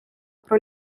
про